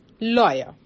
lawyer